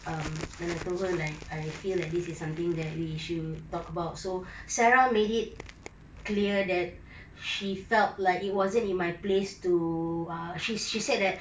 um and I told her like I feel like this is something that we should talk about so sarah made it clear that she felt like it wasn't in my place to ah she she said that